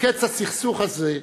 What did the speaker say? לקץ הסכסוך הזה,